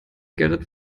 gerrit